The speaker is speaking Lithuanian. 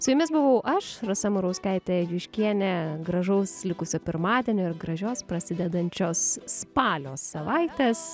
su jumis buvau aš rasa murauskaitė juškienė gražaus likusio pirmadienio ir gražios prasidedančios spalio savaitės